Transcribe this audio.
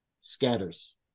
scatters